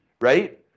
right